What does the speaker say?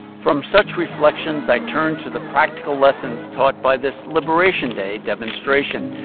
from such reflections, i turn to the practical lessons taught by this liberation day demonstration.